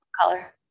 Color